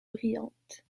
brillantes